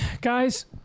Guys